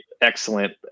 excellent